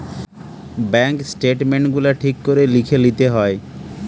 bank statement গুলা ঠিক করে লিখে লিতে হয়